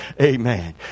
Amen